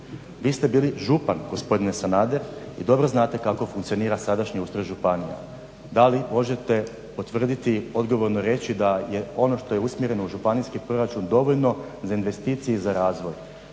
Vi ste bili župan gospodine Sanader i dobro znate kako funkcionira sadašnji ustroj županije. Da li možete potvrditi, odgovorno reći da je ono što je usmjereno u županijski proračun dovoljno za investicije i za razvoj,